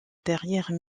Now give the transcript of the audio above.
derrière